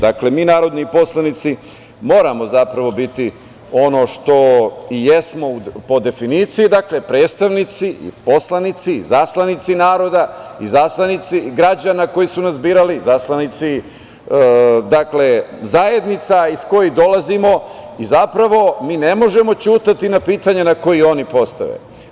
Dakle, mi narodni poslanici moramo biti ono što i jesmo po definiciji, dakle, predstavnici i poslanici, izaslanici naroda, izaslanici građana koji su nas birali, izaslanici zajednica iz kojih dolazimo i mi ne možemo ćutati na pitanja koja oni postave.